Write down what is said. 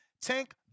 Tank